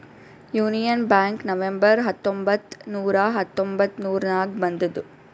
union Bank November ಹತ್ತೊಂಬತ್ತ್ ನೂರಾ ಹತೊಂಬತ್ತುರ್ನಾಗ್ ಬಂದುದ್